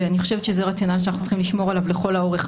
ואני חושבת שזה הרציונל שאנחנו צריכים לשמור עליו לכל האורך,